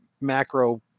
macro